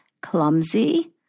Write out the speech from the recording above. clumsy